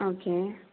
okay